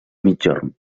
migjorn